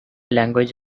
language